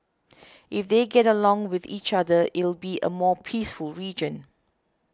if they get along with each other it'll be a more peaceful region